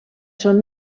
són